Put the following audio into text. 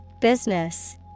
Business